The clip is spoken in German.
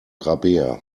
rabea